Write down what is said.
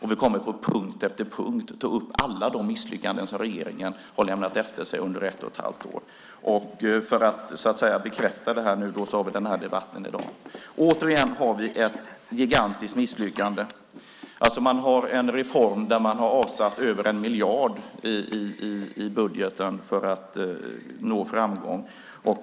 Vi kommer på punkt efter punkt att ta upp alla de misslyckanden som regeringen har lämnat efter sig under ett och ett halvt år. För att bekräfta det nu har vi den här debatten i dag. Återigen har vi ett gigantiskt misslyckande. Man har en reform där man har avsatt över 1 miljard i budgeten för att nå framgång.